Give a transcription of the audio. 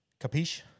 Capish